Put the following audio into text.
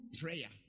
prayer